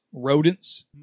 rodents